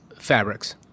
fabrics